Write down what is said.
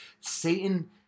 Satan